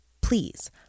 please